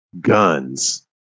guns